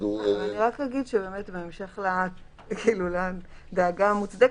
אני רק אגיד: באמת בהמשך לדאגה המוצדקת,